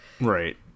Right